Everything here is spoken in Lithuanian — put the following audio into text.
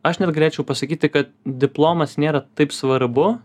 aš net galėčiau pasakyti kad diplomas nėra taip svarbu